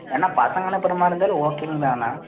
ஏண்ணா பசங்கன்னா பெரும்பான பேர் ஓகேங்கந்தான்ண்ணா